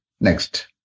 Next